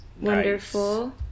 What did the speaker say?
Wonderful